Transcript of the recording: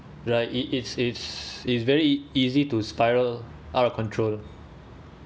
right it it's it's it's very easy to spiral out of control